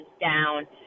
down